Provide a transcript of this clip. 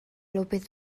lópez